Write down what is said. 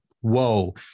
whoa